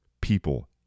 people